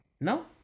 No